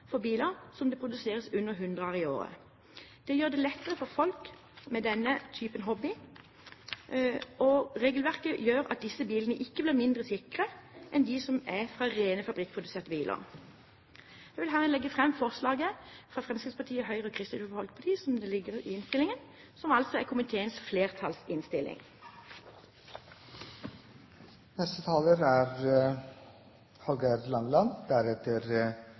for biler som det produseres under 100 av i året. Det gjør det lettere for folk med denne typen hobby, og regelverket gjør at disse bilene ikke blir mindre sikre enn rene fabrikkproduserte biler. Jeg vil herved anbefale komiteens innstilling, som altså er en flertallsinnstilling, og som Fremskrittspartiet, Høyre og Kristelig Folkeparti står bak. Eg tek opp mindretalets forslag. Viss eg skal vera ærleg, med utgangspunkt i det saksordføraren no sa, noko som er